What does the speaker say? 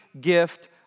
gift